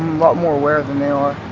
lot more aware than they are,